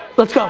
let's move,